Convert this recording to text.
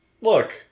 look